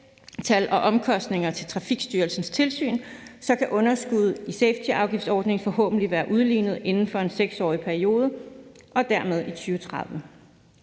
og omkostninger til Trafikstyrelsens tilsyn kan underskuddet i safetyafgiftsordningen forhåbentlig være udlignet inden for en 6-årig periode og dermed altså i 2030.